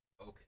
Okay